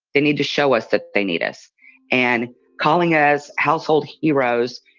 they need to show us that they need us and calling us household heroes.